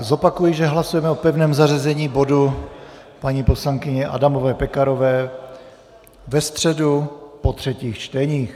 Zopakuji, že hlasujeme o pevném zařazení bodu paní poslankyně Adamové Pekarové ve středu po třetích čteních.